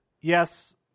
yes